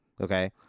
okay